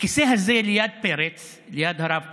הכיסא הזה ליד פרץ, ליד הרב פרץ,